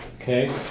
Okay